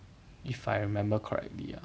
if I remember correctly ah